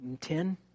Ten